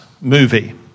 movie